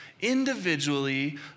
individually